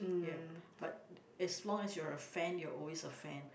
ya but as long as you're a fan you're always a fan